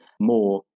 more